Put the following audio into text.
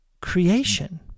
creation